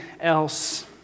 else